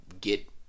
get